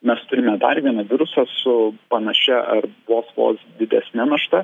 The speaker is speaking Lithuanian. mes turime dar vieną virusą su panašia ar vos vos didesne našta